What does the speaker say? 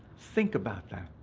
think about that.